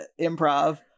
improv